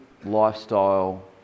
lifestyle